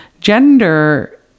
gender